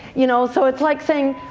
you know so it's like saying,